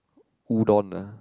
udon ah